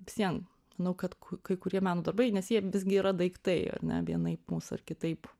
vis vien nu kad kai kurie meno darbai nes jie visgi yra daiktai ar ne vienaip mums ar kitaip